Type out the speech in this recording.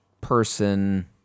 person